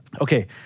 okay